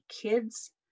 kids